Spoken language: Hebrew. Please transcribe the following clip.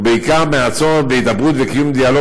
ובעיקר מהצורך בהידברות וקיום דיאלוג